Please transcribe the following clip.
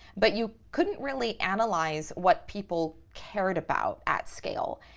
but you couldn't really analyze what people cared about at scale.